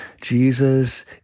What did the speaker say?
Jesus